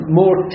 more